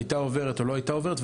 הייתה עוברת או לא הייתה עוברת,